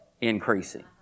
increasing